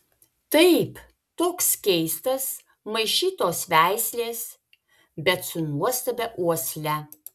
taip toks keistas maišytos veislės bet su nuostabia uosle